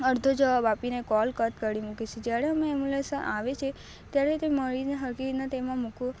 અડધો જવાબ આપીને કોલ કટ કરી મૂકે છે જયારે અમે એમ્બુલન્સ આવે છે ત્યારે મળીને હરખી રીતના તેમાં મૂકવું